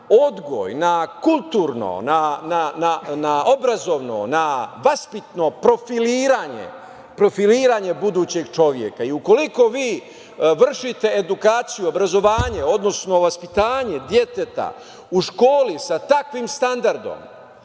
na kulturno, na obrazovno, na vaspitno profiliranje budućeg čoveka i ukoliko vi vršite edukaciju, obrazovanje, odnosno vaspitanje deteta u školi sa takvim standardom,